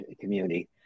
community